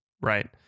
Right